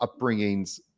upbringings